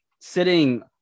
sitting